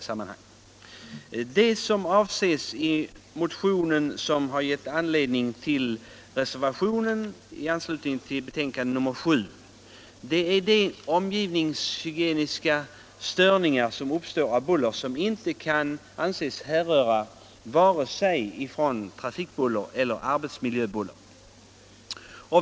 Vad som avses i den motion som gett anledning till reservationen vid detta betänkande är de bullerstörningar som inte kan anses härröra vare sig från trafikbuller eller från arbetsmiljöbuller.